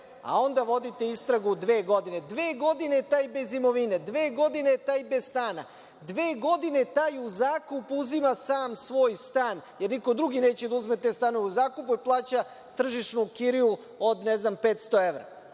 a onda vodite istragu dve godine. Dve godine je taj bez imovine, dve godine je taj bez stana, dve godine je taj u zakup uzima sam svoj stan, jer niko drugi neće da uzme te stanove u zakup, jer plaća tržišnu kiriju od, ne znam, 500 evra. Da